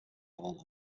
hall